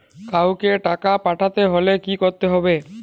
কাওকে টাকা পাঠাতে হলে কি করতে হবে?